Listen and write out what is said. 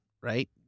right